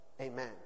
amen